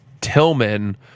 Tillman